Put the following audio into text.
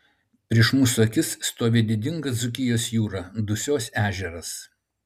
prieš mūsų akis stovi didinga dzūkijos jūra dusios ežeras